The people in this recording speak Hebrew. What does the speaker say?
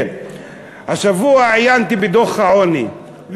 השבוע עיינתי בדוח העוני,